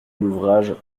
l’ouvrage